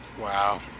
Wow